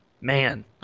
Man